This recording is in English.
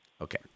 Okay